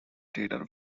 theatre